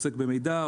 במידע,